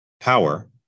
power